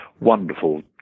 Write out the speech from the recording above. wonderful